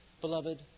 Beloved